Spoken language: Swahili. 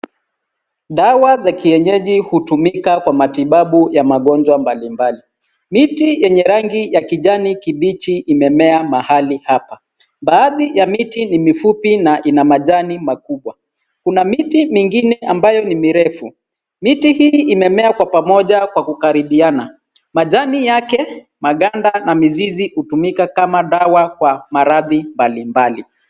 Dawa za kienyeji hutumika kwa matibabu ya magonjwa mbalimbali. Miti yenye rangi ya kijani kibichi ikimea mahali hapa. Baadhi ya miti ni mifupi na ina majani makubwa. Kuna miti minigine ambayo ni mirefu. Miti hii imemea kwa pamoja kwa kukaribiana. Majani yake, maganda na mizizi hutumika kama dawa kwa maradhi mbalimbali.